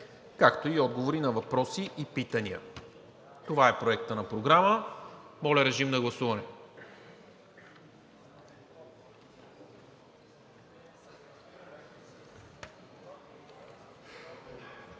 12.2. Отговори на въпроси и питания.“ Това е Проектът на програма. Моля, режим на гласуване.